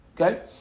okay